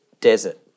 desert